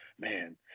man